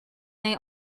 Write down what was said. they